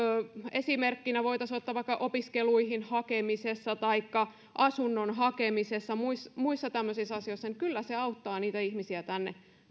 esimerkkinä voitaisiin ottaa vaikka opiskeluihin hakemisessa taikka asunnon hakemisessa muissa muissa tämmöisissä asioissa auttaa kyllä niitä ihmisiä tänne